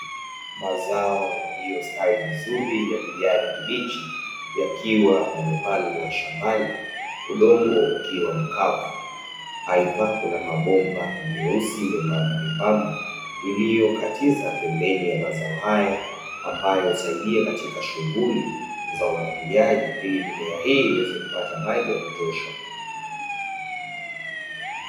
Mazao yaliyostawi vizuri ya kijani kibichi, yakiwa yamepandwa shambani, udongo ukiwa mkavu. Aidha kuna mabomba meusi membamba membamba iliyokatiza pembeni ya mazao hayo, ambayo husaidia katika shughuli za umwagiliaji ili mimea hii ipate maji ya kutosha.